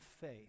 faith